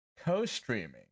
co-streaming